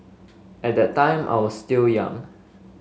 at that time I was still young